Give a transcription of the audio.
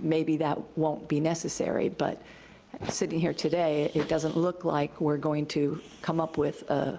maybe that won't be necessary. but sitting here today, it doesn't look like we're going to come up with ah